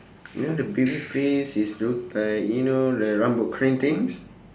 you know the baby face is look like you know the things